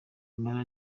impala